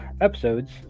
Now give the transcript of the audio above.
episodes